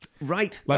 Right